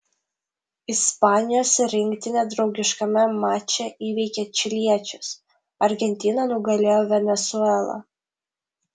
ispanijos rinktinė draugiškame mače įveikė čiliečius argentina nugalėjo venesuelą